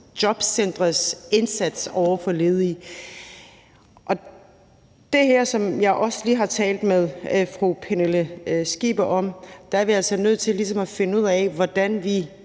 jobcenterets indsats over for ledige. I forhold til det her, som jeg også lige har talt med fru Pernille Skipper om, er vi altså nødt til ligesom at finde ud af, hvordan vi